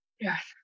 Yes